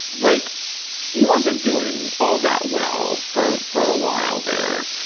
like he wasn't doing all that well for for a while there.